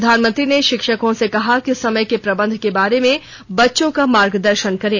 प्रधानमंत्री ने शिक्षकों से कहा कि समय के प्रबंध के बारे में बच्चों का मार्गदर्शन करें